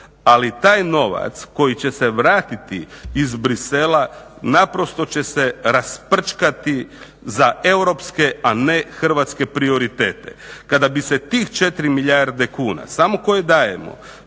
ali taj novac koji će se vratiti iz Bruxellesa naprosto će se rasprčkati za europske, a ne hrvatske prioritete. Kada bi se tih 4 milijarde kuna samo koje dajemo